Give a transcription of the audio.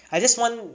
I just want